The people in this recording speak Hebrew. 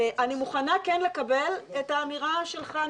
אני מוכנה כן לקבל את האמירה שלך,